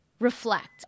reflect